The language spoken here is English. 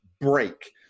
break